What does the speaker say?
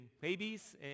babies